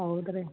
ಹೌದ್ರಿ